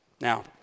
Now